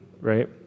right